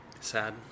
sad